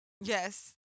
Yes